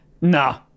nah